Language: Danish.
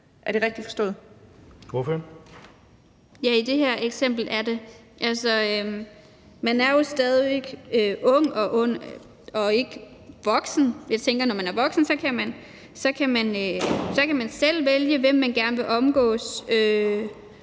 Ina Strøjer-Schmidt (SF): Ja, i det her eksempel er det. Altså, man er jo stadig væk ung og ikke voksen. Jeg tænker, at når man er voksen, kan man selv vælge, hvem man gerne vil omgås,